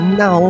no